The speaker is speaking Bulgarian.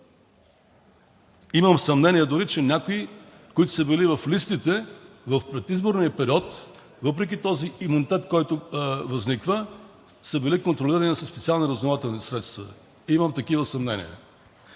Имам съмнение дори, че някои, които са били в листите, в предизборния период, въпреки този имунитет, който възниква, са били контролирани със специални разузнавателни средства. Имам такива съмнения.